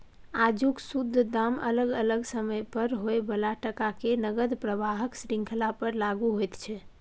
आजुक शुद्ध दाम अलग अलग समय पर होइ बला टका के नकद प्रवाहक श्रृंखला पर लागु होइत छै